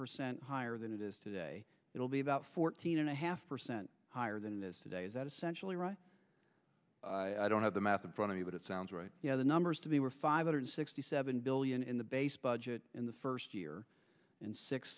percent higher than it is today it will be about fourteen and a half percent higher than this today is that essentially right i don't have the math in front of me but it sounds right the numbers to be were five hundred sixty seven billion in the base budget in the first year and six